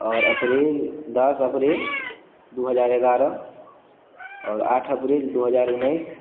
आओर अप्रील दस अप्रील दू हजार एगारह आओर आठ अप्रील दू हजार उनैस